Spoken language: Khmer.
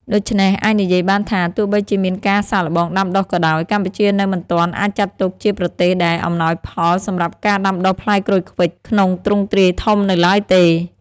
ដូច្នេះអាចនិយាយបានថា ទោះបីជាមានការសាកល្បងដាំដុះក៏ដោយ កម្ពុជានៅមិនទាន់អាចចាត់ទុកជាប្រទេសដែលអំណោយផលសម្រាប់ការដាំដុះផ្លែក្រូចឃ្វិចក្នុងទ្រង់ទ្រាយធំនៅឡើយទេ។